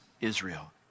israel